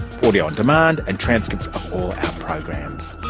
audio on demand and transcripts of all our programs.